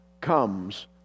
comes